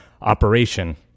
operation